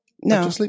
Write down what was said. No